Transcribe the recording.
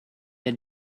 had